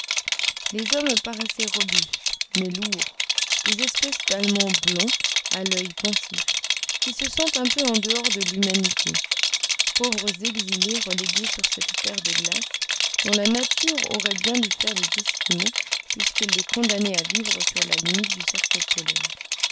les hommes paraissaient robustes mais lourds des espèces d'allemands blonds à l'oeil pensif qui se sentent un peu en dehors de l'humanité pauvres exilés relégués sur cette terre de glace dont la nature aurait bien dû faire des esquimaux puisqu'elle les condamnait à vivre sur la limite du cercle polaire